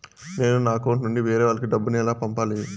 నేను నా అకౌంట్ నుండి వేరే వాళ్ళకి డబ్బును ఎలా పంపాలి?